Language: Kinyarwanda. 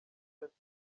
yasize